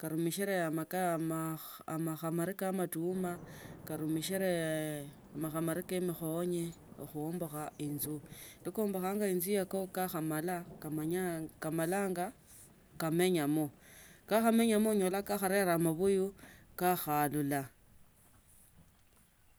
kammishile amaishamasa ka amatuma kanimishile amakhamara kie mikhonyo khumbokha inzu. kekho ombokha inzu diye kamala kamenyamo. ka khamenyamo onyola kakhavela amabuyu kakhalula.